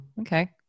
okay